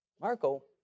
Marco